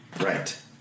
Right